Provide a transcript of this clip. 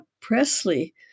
Presley